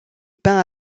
peint